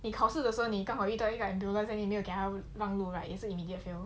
你考试的时候你刚好遇到遇到一个 ambulance then 你没有给他让路 right 也是 immediate fail